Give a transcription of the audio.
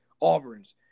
Auburn's